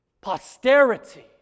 posterity